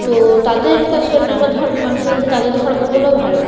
তো তাদের কাছে অন্যান্য ধর্মের মানুষের কাছে তাদের ধর্মগুলো ভালো